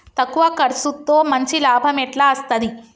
తక్కువ కర్సుతో మంచి లాభం ఎట్ల అస్తది?